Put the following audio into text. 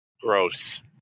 Gross